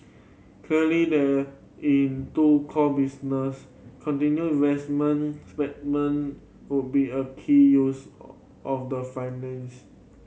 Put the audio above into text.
clearly the into core business continued investment would be a key use of the finance